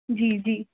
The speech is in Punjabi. ਜੀ ਜੀ